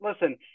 listen